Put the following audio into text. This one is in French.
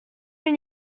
une